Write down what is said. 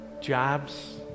jobs